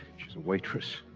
she's a waitress.